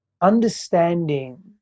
understanding